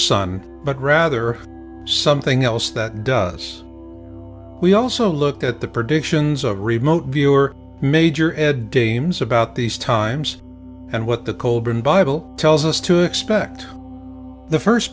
sun but rather something else that does we also looked at the predictions of remote viewer major ed dames about these times and what the colburn bible tells us to expect the first